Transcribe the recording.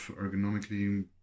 ergonomically